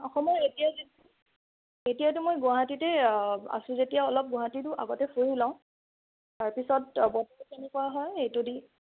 অসমৰ এতিয়া এতিয়াটো মই গুৱাহাটীতে আছো যেতিয়া অলপ গুৱাহাটীতো আগতে ফুৰি লওঁ তাৰপিছত কেনেকুৱা হয় সেইটো দি